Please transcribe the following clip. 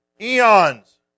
eons